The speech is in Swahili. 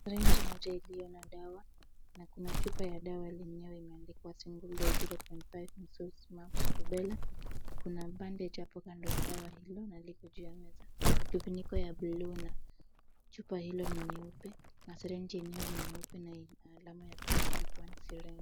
Syringe moja iliyo na dawa na kuna chupa ya dawa yenyewe imeandikwa Single dose zero point five, measles, mumps Rubella . Kuna bandage hapo kando ya dawa hilo na liko juu ya meza. Kifuniko ya blue na chupa hilo ni nyeupe na syringe yenyewe ni nyeupe na ina alama ya kuonyesha kuwa ni.